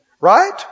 Right